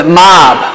mob